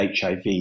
HIV